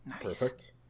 Perfect